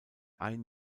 ein